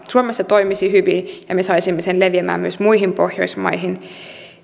suomessa toimisi hyvin ja me saisimme sen leviämään myös muihin pohjoismaihin